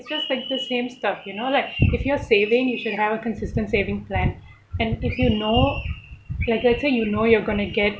it's just like the same stuff you know like if you're saving you should have a consistent saving plan and if you know like let's say you know you're going to get